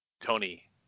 Tony